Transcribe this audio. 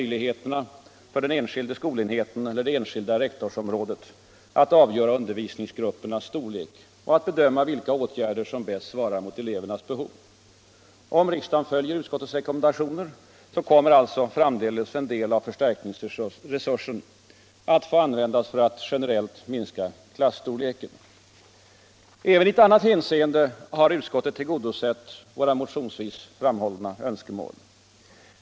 möjligheterna för den enskilda skolenheten eller det enskilda rektorsområdet att avgöra undervisningsgruppernas storlek och att bedöma vilka åtgärder som bäst svarar mot elevernas behov. Om riksdagen följer utskottets rekommendationer kommer alltså framdeles en del av förstärkningsresursen att få användas för att generellt minska klasstorleken. Även i ett annat hänseende har utskottet tillgodosett våra motionsvis framhållna önskemål.